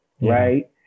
right